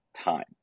time